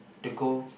to go